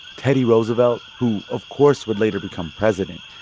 teddy roosevelt, who, of course, would later become president,